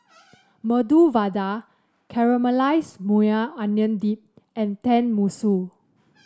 Medu Vada Caramelize Maui Onion Dip and Tenmusu